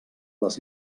les